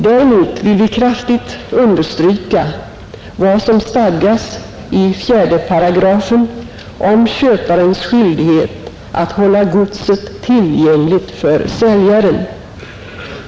Däremot vill vi kraftigt understryka vad som stadgas i 4§ om köparens skyldighet att hålla godset tillgängligt för säljaren.